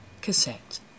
Cassette